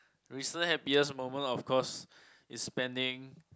recent happiest moment of course is spending